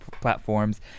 platforms